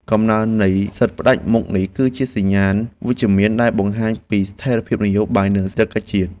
កំណើននៃសិទ្ធិផ្តាច់មុខនេះ គឺជាសញ្ញាណវិជ្ជមានដែលបង្ហាញពីស្ថិរភាពនយោបាយនិងសេដ្ឋកិច្ចជាតិ។